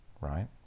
right